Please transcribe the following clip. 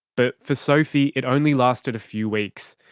but for sophie it only lasted a few weeks.